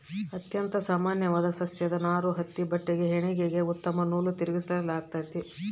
ಅತ್ಯಂತ ಸಾಮಾನ್ಯವಾದ ಸಸ್ಯದ ನಾರು ಹತ್ತಿ ಬಟ್ಟೆಗೆ ಹೆಣಿಗೆಗೆ ಉತ್ತಮ ನೂಲು ತಿರುಗಿಸಲಾಗ್ತತೆ